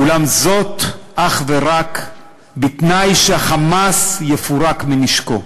אולם זאת אך ורק בתנאי שה"חמאס" יפורק מנשקו,